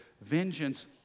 vengeance